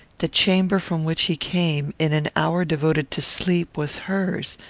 the chamber from which he came, in an hour devoted to sleep, was hers.